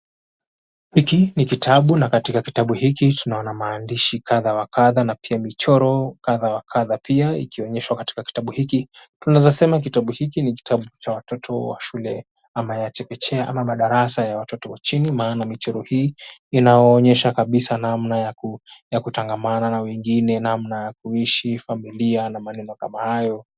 Hiki ni kitabu, na katika kitabu hiki tunaona maandishi kadha wa kadha na pia michoro kadha wa kadha pia ikionyeshwa katika kitabu hiki. Tunaweza sema kitabu hiki ni kitabu cha watoto wa shule ama ya chekechea ama madarasa ya watoto wa chini. Maana michoro hii inaonyesha kabisa namna ya kutangamana na wengine, namna ya kuishi, familia na maneno kama hayo.